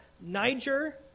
Niger